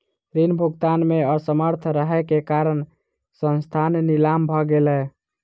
ऋण भुगतान में असमर्थ रहै के कारण संस्थान नीलाम भ गेलै